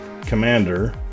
commander